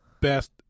best